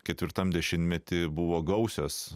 ketvirtam dešimtmetyje buvo gausios